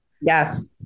yes